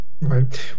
Right